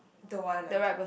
don't want ah